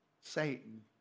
Satan